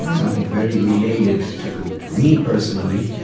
something very related to to me personally.